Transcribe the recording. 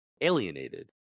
alienated